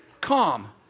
calm